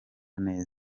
neza